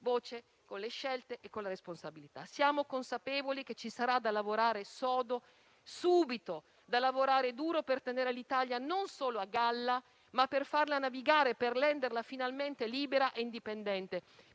Paese, con le scelte e con la responsabilità. Siamo consapevoli che ci sarà da lavorare sodo subito, da lavorare duro non solo per tenere l'Italia a galla, ma anche per farla navigare e renderla finalmente libera e indipendente.